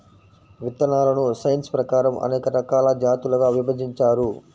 విత్తనాలను సైన్స్ ప్రకారం అనేక రకాల జాతులుగా విభజించారు